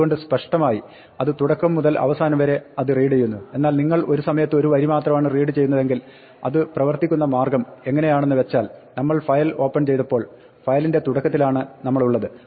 അതുകൊണ്ട് സ്പഷ്ടമായി അത് തുടക്കം മുതൽ അവസാനം വരെ അത് റീഡ് ചെയ്യുന്നു എന്നാൽ നിങ്ങൾ ഒരു സമയത്ത് ഒരു വരി മാത്രമാണ് റീഡ് ചെയ്യുന്നതെങ്കിൽ അത് പ്രവർത്തിക്കുന്ന മാർഗ്ഗം എങ്ങിനെയാണെന്ന് വെച്ചാൽ നമ്മൾ ഫയൽ ഓപ്പൺ ചെയ്തപ്പോൾ ഫയലിന്റെ തുടക്കത്തിലാണ് നമ്മളുള്ളത്